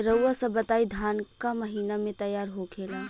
रउआ सभ बताई धान क महीना में तैयार होखेला?